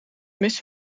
mis